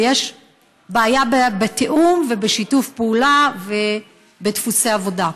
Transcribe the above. ויש בעיה בתיאום ובשיתוף פעולה ובדפוסי עבודה.